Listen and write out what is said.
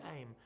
aim